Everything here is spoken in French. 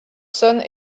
saône